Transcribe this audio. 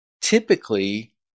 typically